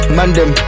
Mandem